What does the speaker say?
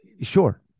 sure